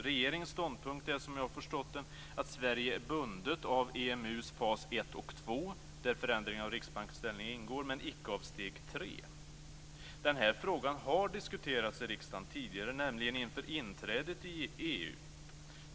Regeringens ståndpunkt är, som jag har förstått den, att Sverige är bundet av EMU:s fas 1 och 2, där förändringarna av Riksbankens ställning ingår, men icke av fas 3. Den här frågan har diskuterats i riksdagen tidigare, nämligen inför inträdet i EU.